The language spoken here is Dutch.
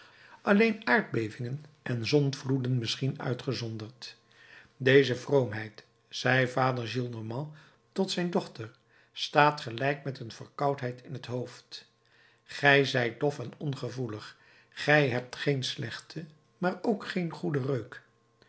alleen aardbevingen en zondvloeden misschien uitgezonderd deze vroomheid zei vader gillenormand tot zijn dochter staat gelijk met een verkoudheid in t hoofd gij zijt dof en ongevoelig gij hebt geen slechten maar ook geen goeden reuk